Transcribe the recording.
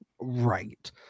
Right